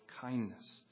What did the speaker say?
kindness